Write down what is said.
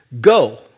Go